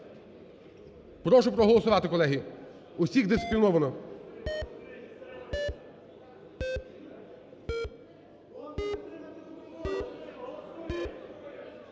Прошу проголосувати, колеги, усіх дисципліновано.